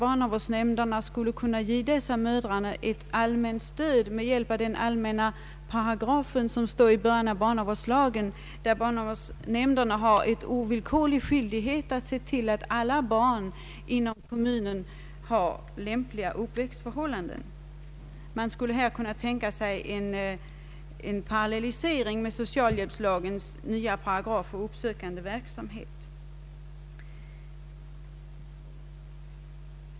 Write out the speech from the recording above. Barnavårdsnämnderna skulle nämligen kunna ge dessa mödrar ett allmänt stöd på grund av den allmänna paragrafen i början av barnavårdslagen, enligt vilken barnavårdsnämnderna har en ovillkorlig skyldighet att se till att alla barn inom kommunen har lämpliga uppväxtförhållanden. Man skulle här kunna tänka sig en parallellisering med socialhjälpslagens nya paragraf om uppsökande verksamhet.